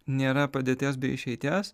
nėra padėties be išeities